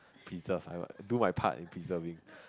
pizza find what do my part in pizza wing